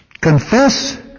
confess